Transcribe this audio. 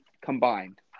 combined